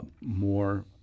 more